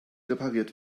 repariert